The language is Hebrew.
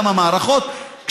גם המערכות,